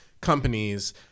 companies